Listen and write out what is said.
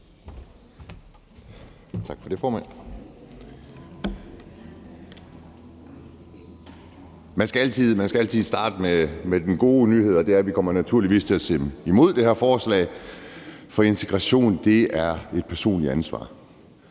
Man skal altid starte med den gode nyhed, og det er, at vi naturligvis kommer til at stemme imoddet her forslag, fordi integration er et personligt ansvar.